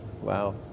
Wow